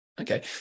Okay